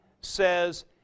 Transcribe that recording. says